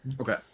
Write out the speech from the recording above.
Okay